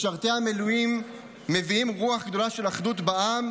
משרתי המילואים מביאים רוח גדולה של אחדות בעם,